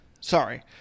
sorry